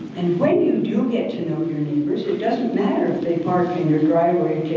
and when you do get to know your neighbors, it doesn't matter if they park in your driveway.